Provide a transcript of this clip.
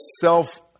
self